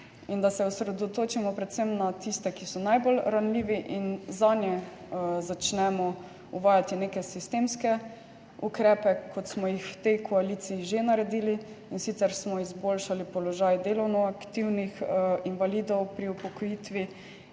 in da se osredotočimo predvsem na tiste, ki so najbolj ranljivi, in zanje začnemo uvajati neke sistemske ukrepe, kot smo jih v tej koaliciji že naredili, in sicer smo izboljšali položaj delovno aktivnih invalidov pri upokojitvi